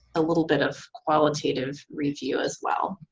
a little bit of qualitative review as well.